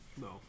No